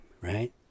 Right